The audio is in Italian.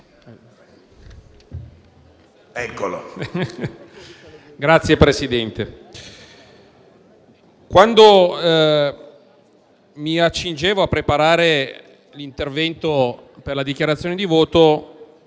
quando mi accingevo a preparare l'intervento per la dichiarazione di voto